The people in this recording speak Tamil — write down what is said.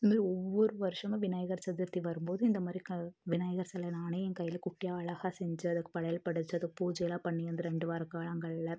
இந்த மாதிரி ஒவ்வொரு வருஷமும் விநாயகர் சதுர்த்தி வரும் போது இந்த மாதிரி கல் விநாயகர் சிலை நானே என் கையில் குட்டியாக அழகாக செஞ்சு அதுக்கு படையல் படைச்சு அது பூஜையெல்லாம் பண்ணி அந்த ரெண்டு வார காலங்களில்